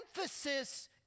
emphasis